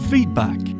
Feedback